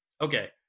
okay